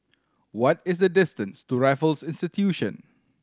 what is the distance to Raffles Institution